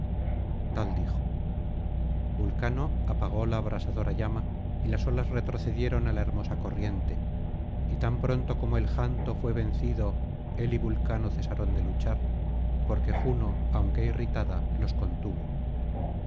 tal dijo vulcano apagó la abrasadora llama y las olas retrocedieron á la hermosa corriente y tan pronto como el janto fué vencido él y vulcano cesaron de luchar porque juno aunque irritada los contuvo y